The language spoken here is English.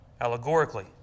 allegorically